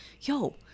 Yo